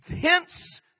Hence